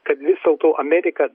kad vis dėlto amerika